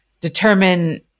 determine